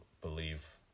believe